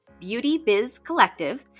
beautybizcollective